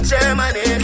Germany